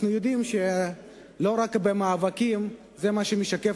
אנחנו יודעים שלא רק המאבקים הם מה שמשקף